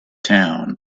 town